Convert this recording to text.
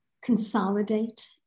consolidate